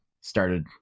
started